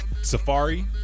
Safari